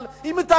אבל היא מתאמצת,